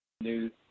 news